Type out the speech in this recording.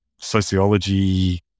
sociology